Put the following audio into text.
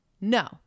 no